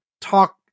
talk